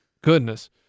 Goodness